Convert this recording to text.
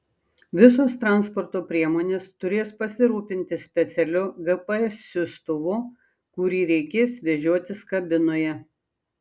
visos transporto priemonės turės pasirūpinti specialiu gps siųstuvu kurį reikės vežiotis kabinoje